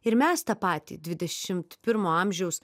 ir mes tą patį dvidešimt pirmo amžiaus